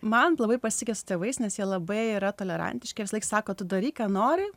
man labai pasisekė su tėvais nes jie labai yra tolerantiški jie visąlaik sako tu daryk ką nori